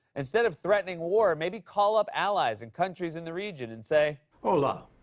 instead of threatening war, maybe call up allies and countries in the region and say. hola.